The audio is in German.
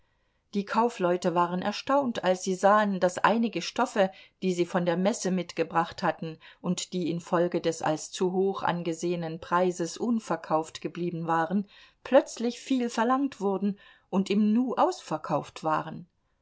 die kaufleute waren erstaunt als sie sahen daß einige stoffe die sie von der messe mitgebracht hatten und die infolge des als zu hoch angesehenen preises unverkauft geblieben waren plötzlich viel verlangt wurden und im nu ausverkauft waren